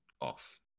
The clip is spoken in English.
off